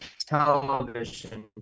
television